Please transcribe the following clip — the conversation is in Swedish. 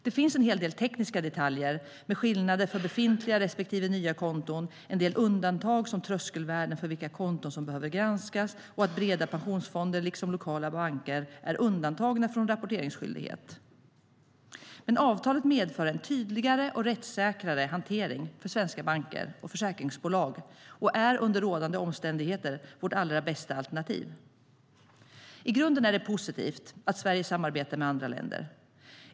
Det finns en hel del tekniska detaljer med skillnader för befintliga respektive nya konton, en del undantag som tröskelvärden för vilka konton som behöver granskas liksom att breda pensionsfonder och lokala banker är undantagna från rapporteringsskyldighet. Avtalet medför en tydligare och rättssäkrare hantering för svenska banker och försäkringsbolag och är under rådande omständigheter vårt bästa alternativ. I grunden är det positivt att Sverige samarbetar med andra länder.